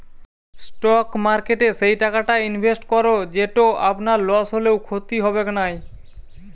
stock মার্কেটে সেই টাকাটা ইনভেস্ট করো যেটো আপনার লস হলেও ক্ষতি হবেক নাই